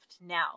Now